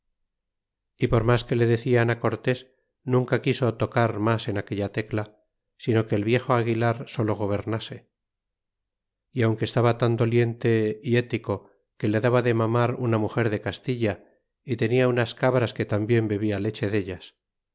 y por mas que le decian cortés nunca quiso tocar mas en aquella tecla sino que el viejo aguilar solo gobernase y aunque estaba tan doliente y hetico que le daba de mamar una muger de castilla y tenia unas cabras que tambien bebia leche dellas